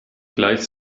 gleich